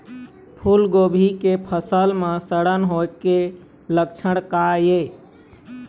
फूलगोभी के फसल म सड़न होय के लक्षण का ये?